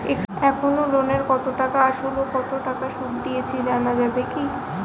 এখনো লোনের কত টাকা আসল ও কত টাকা সুদ দিয়েছি জানা যাবে কি?